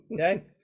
Okay